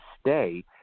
stay